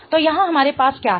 तो यहां हमारे पास क्या है